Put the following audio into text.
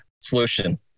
solution